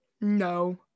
No